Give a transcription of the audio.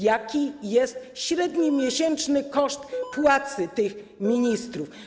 Jaki jest średni miesięczny koszt płac tych ministrów?